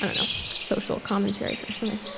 ah no social commentary or something.